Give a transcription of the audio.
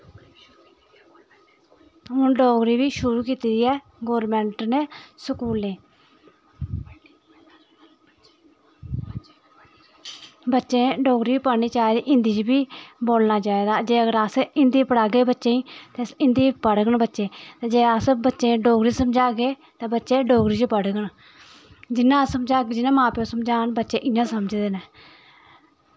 हून डोगरी बी शुरु कीती दी ऐ गौरमैंट नै स्कूलें बच्चें जोगरी बी पढ़नी चाही दी हिन्दी च बी बोलना चाही दा जेकर अस हिन्दी पढ़ांगे बच्चें ई ते हिन्दी पढ़गंन बच्चे जे अस बच्चें डोगरी समझागे ते बच्चे डोगरी च पढ़ङन जियां मां प्यो समझान बच्चे इयां समझदे नै